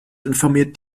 informiert